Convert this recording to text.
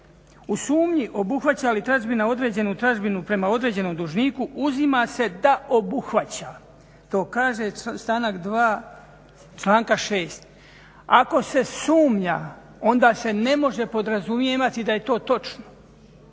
U sumnji obuhvaća li tražbina određenu tražbinu prema određenom dužniku uzima se da obuhvaća, to kaže stavak 2. članka 6. Ako se sumnja onda se ne može podrazumijevati da je to točno.